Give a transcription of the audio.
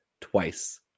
twice